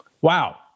Wow